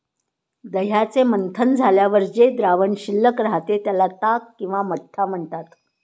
दह्याचे मंथन झाल्यावर जे द्रावण शिल्लक राहते, त्याला ताक किंवा मठ्ठा म्हणतात